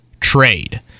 trade